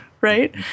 right –